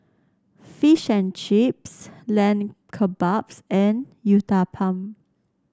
Fish and Chips Lamb Kebabs and Uthapam